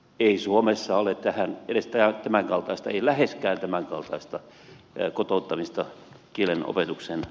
ei suomessa ole läheskään tämän kaltaista kotouttamista kielen opetuksen osalta